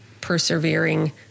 persevering